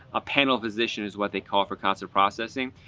a panel physician is what they call for consular processing.